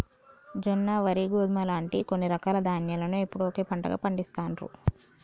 జొన్న, వరి, గోధుమ లాంటి కొన్ని రకాల ధాన్యాలను ఎప్పుడూ ఒకే పంటగా పండిస్తాండ్రు